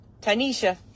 Tanisha